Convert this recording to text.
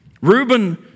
Reuben